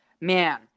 man